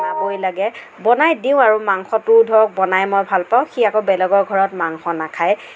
বনাবই লাগে বনাই দিওঁ আৰু মাংসটো ধৰক বনাই মই ভাল পাওঁ সি আকৌ বেলেগৰ ঘৰত মাংস নাখায়